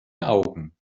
augen